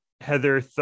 Heather